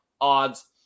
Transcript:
odds